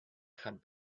had